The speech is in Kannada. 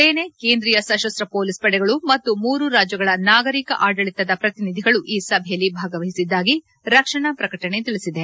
ಸೇನೆ ಕೇಂದ್ರೀಯ ಸಶಸ್ವ ಪೊಲೀಸ್ ಪಡೆಗಳು ಮತ್ತು ಮೂರು ರಾಜ್ಯಗಳ ನಾಗರಿಕ ಆಡಳಿತದ ಪ್ರತಿನಿಧಿಗಳು ಈ ಸಭೆಯಲ್ಲಿ ಭಾಗವಹಿಸಿದ್ದಾಗಿ ರಕ್ಷಣಾ ಪ್ರಕಟಣೆ ತಿಳಿಸಿದೆ